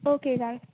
okay धाड